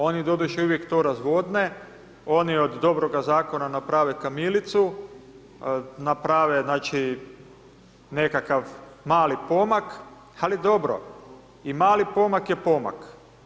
Oni doduše uvijek to razvodne, oni od dobroga zakona naprave kamilicu, naprave znači nekakav mali pomak, ali dobro i mali pomak je pomak.